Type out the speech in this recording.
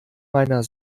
meiner